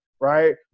right